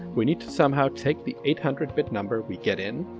we need to somehow take the eight hundred bit number we get in,